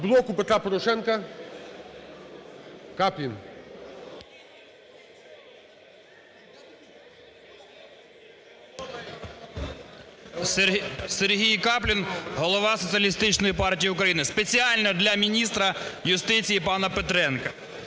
"Блоку Петра Порошенка" Каплін. 11:51:46 КАПЛІН С.М. Сергій Каплін, голова Соціалістичної партії України. Спеціально для міністра юстиції пана Петренка.